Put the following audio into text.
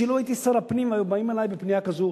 שלו הייתי שר הפנים והיו באים אלי בפנייה כזאת,